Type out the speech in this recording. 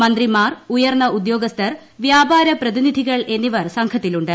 മന്ത്രിമാർ ഉയർന്ന ഉദ്യോഗസ്ഥർ വ്യാപാര പ്രതിനിധികൾ എന്നിവർ സംഘത്തിലുണ്ട്